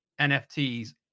nfts